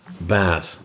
bad